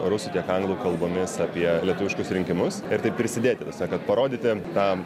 rusų tiek anglų kalbomis apie lietuviškus rinkimus ir taip prisidėti visa kad parodyti tą